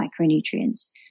micronutrients